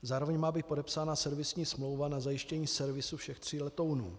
Zároveň má být podepsána servisní smlouva na zajištění servisu všech tří letounů.